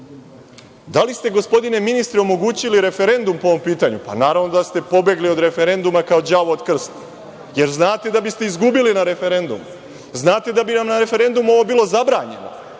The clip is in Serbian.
li ste, gospodine ministre, omogućili referendum po ovom pitanju? Naravno da ste pobegli od referenduma kao đavo od krsta, jer znate da biste izgubili na referendumu, znate da bi vam na referendumu ovo bilo zabranjeno,